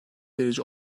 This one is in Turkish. verici